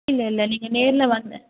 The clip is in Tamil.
இல்லை இல்லை நீங்கள் நேரில் வந்து